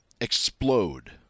explode